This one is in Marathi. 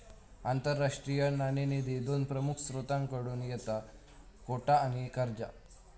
आंतरराष्ट्रीय नाणेनिधी दोन प्रमुख स्त्रोतांकडसून येता कोटा आणि कर्जा